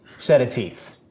set of teeth.